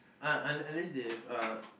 uh un~ unless they have uh